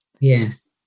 Yes